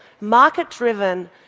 market-driven